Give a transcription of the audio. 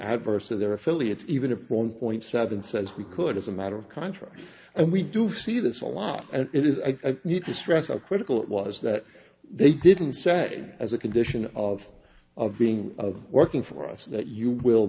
adverse to their affiliates even if one point seven says we could as a matter of contract and we do see this a lot and it is i need to stress how critical it was that they didn't say as a condition of of being of working for us that you will